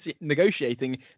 negotiating